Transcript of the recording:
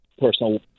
personal